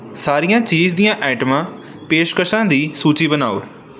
ਸਾਰੀਆਂ ਚੀਜ਼ ਦੀਆਂ ਆਈਟਮਾਂ ਪੇਸ਼ਕਸ਼ਾਂ ਦੀ ਸੂਚੀ ਬਣਾਓ